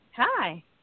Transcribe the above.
Hi